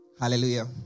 Hallelujah